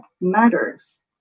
matters